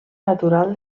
natural